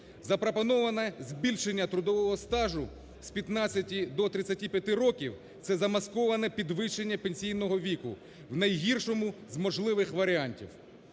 Запропоноване збільшення трудового стажу з 15 до 35 років – це замасковане підвищення пенсійного віку в найгіршому з можливих варіантів.